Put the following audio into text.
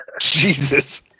Jesus